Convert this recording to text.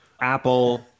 Apple